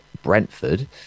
Brentford